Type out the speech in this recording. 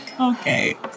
Okay